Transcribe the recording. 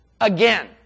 again